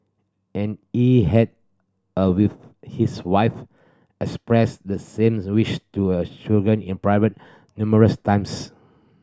and he had a with his wife expressed the same wish to a children in private numerous times